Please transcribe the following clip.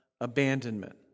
abandonment